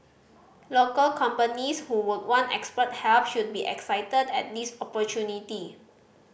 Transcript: local companies who would want expert help should be excited at this opportunity